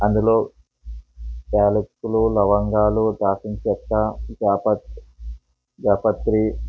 అందులో యాలకులు లవంగాలు దాల్చిన చెక్కా జాపత్ జాపత్రి